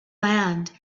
land